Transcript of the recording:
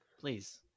Please